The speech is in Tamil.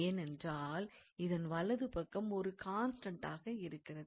ஏனென்றால் இதன் வலது பக்கம் ஒரு கான்ஸ்டண்டாக இருக்கிறது